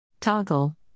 Toggle